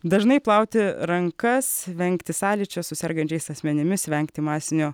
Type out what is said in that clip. dažnai plauti rankas vengti sąlyčio su sergančiais asmenimis vengti masinių